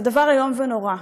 זה דבר איום ונורא.